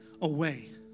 away